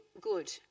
good